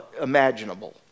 imaginable